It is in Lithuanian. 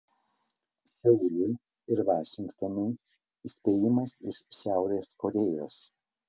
seului ir vašingtonui įspėjimas iš šiaurės korėjos